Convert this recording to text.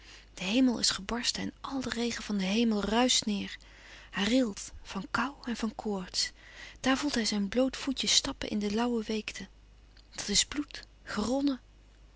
de hemel is gebarsten en àl de regen van den hemel ruischt neêr hij rilt van koû en van koorts daar voelt hij zijn bloot voetje stappen in lauwe weekte dat is bloed geronnen